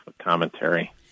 commentary